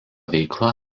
veikla